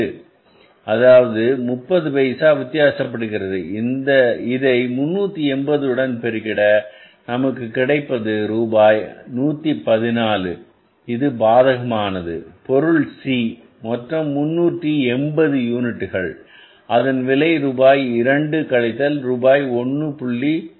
80 அதாவது முப்பது பைசா வித்தியாசப்படுகிறது இதை 380 உடன் பெருகிட நமக்கு கிடைப்பது ரூபாய் 114 இது பாதகமானது பொருள் C மொத்தம் 380 யூனிட்டுகள் அதன் விலை ரூபாய் 2 கழித்தல் ரூபாய் 1